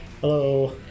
hello